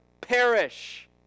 perish